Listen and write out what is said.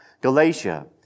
Galatia